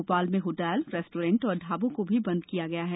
भोपाल में hotel restaurant और ढ़ाबों को भी बंद करा दिया गया है